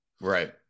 right